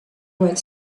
went